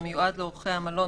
המיועד לאורחי המלון,